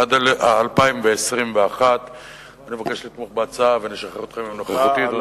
עד 2021. אני מבקש לתמוך בהצעה ואני אשחרר אתכם מנוכחותי.